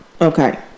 Okay